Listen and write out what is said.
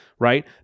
Right